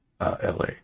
LA